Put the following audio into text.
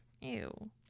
Ew